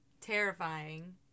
Terrifying